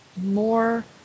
more